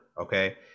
okay